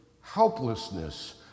helplessness